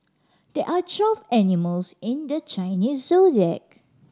there are twelve animals in the Chinese Zodiac